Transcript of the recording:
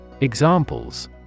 Examples